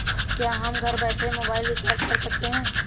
क्या हम घर बैठे मोबाइल रिचार्ज कर सकते हैं?